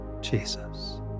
Jesus